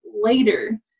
later